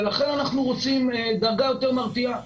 ולכן אנחנו רוצים דרגה יותר מרתיעה.